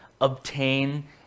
obtain